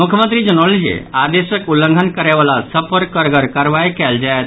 मुख्यमंत्री जनौलनि जे आदेशक उल्लंघन करय वला सभ पर कड़गर कार्रवाई कयल जायत